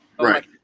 Right